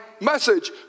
message